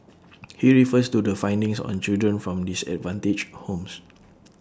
he refers to the findings on children from disadvantaged homes